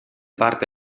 parte